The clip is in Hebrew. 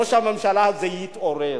שראש הממשלה הזה יתעורר,